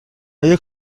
آیا